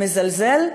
מזלזל,